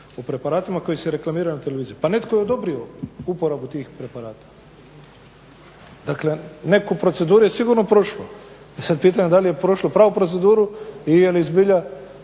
o preparatima koji se reklamiraju na televiziji. Pa netko je odobrio uporabu tih preparata, dakle neku proceduru je sigurno prošlo, e sad pitanje je da li je prošlo pravu proceduru i je li zbilja